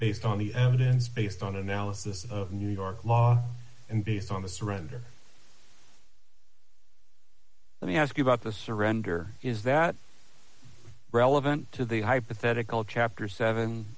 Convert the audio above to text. based on the evidence based on analysis of new york law and based on the surrender let me ask you about the surrender is that relevant to the hypothetical chapter seven